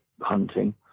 hunting